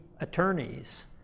attorneys